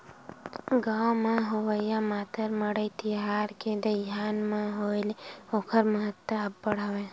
गाँव म होवइया मातर मड़ई तिहार के दईहान म होय ले ओखर महत्ता अब्बड़ हवय